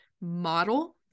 model